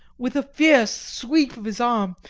with a fierce sweep of his arm,